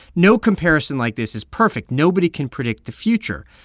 no comparison like this is perfect. nobody can predict the future.